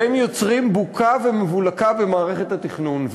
והם יוצרים בוקה ומבולקה במערכת התכנון.